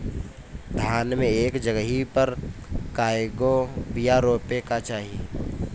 धान मे एक जगही पर कएगो बिया रोपे के चाही?